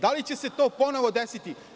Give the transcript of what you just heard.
Da li će se to ponovo desiti?